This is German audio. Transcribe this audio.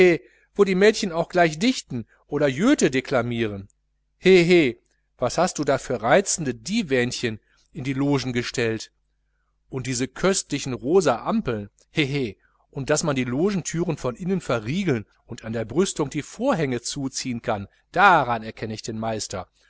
wo die mädchen auch gleich dichten oder joethe deklamieren hehe was du da für reizende divänchen in die logen gestellt hast und diese köstlichen rosa ampeln hehe und daß man die logenthüren von innen verriegeln und an der brüstung die vorhänge zuziehen kann daran erkenn ich den meister